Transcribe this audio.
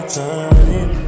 time